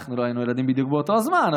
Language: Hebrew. אנחנו לא היינו ילדים בדיוק באותו הזמן,